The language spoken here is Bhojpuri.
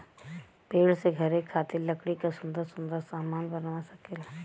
पेड़ से घरे खातिर लकड़ी क सुन्दर सुन्दर सामन बनवा सकेला